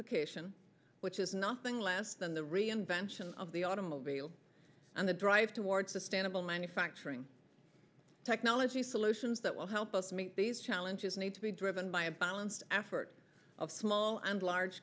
ication which is nothing less than the reinvention of the automobile and the drive toward sustainable manufacturing technology solutions that will help us meet these challenges need to be driven by a balanced effort of small and large